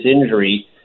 injury